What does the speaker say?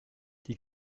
die